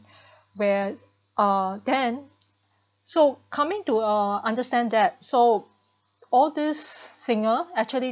where uh then so coming to uh understand that so all this singer actually